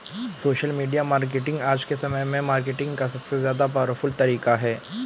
social media marketing आज के समय में मार्केटिंग का सबसे ज्यादा पॉवरफुल तरीका है